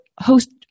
host